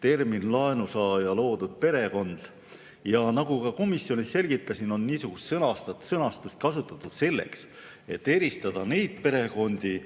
termin "laenusaaja loodud perekond". Nagu ma ka komisjonis selgitasin, niisugust sõnastust on kasutatud selleks, et eristada neid perekondi,